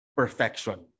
perfection